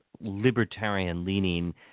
libertarian-leaning